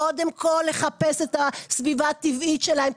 קודם כל לחפש את הסביבה הטבעית שלהם,